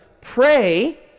pray